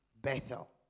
Bethel